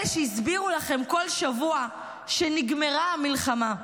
אלה שהסבירו לכם כל שבוע שנגמרה המלחמה,